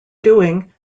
doing